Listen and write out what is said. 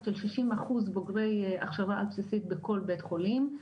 של שישים אחוז בוגרי הכשרה על בסיסית בכל בית חולים.